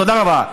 תודה רבה.